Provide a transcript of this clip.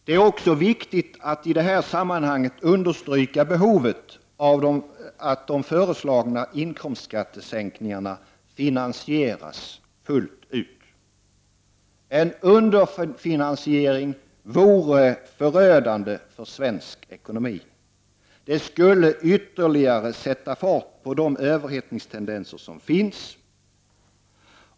Det är också viktigt att i detta sammanhang understryka behovet av att de föreslagna inkomstskattesänkningarna finansieras fullt ut. En underfinansiering vore förödande för svensk ekonomi. Det skulle ytterligare sätta fart på de överhettningstendenser som finns.